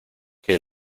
que